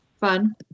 fun